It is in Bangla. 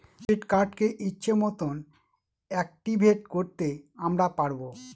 ডেবিট কার্ডকে ইচ্ছে মতন অ্যাকটিভেট করতে আমরা পারবো